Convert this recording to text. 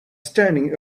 standing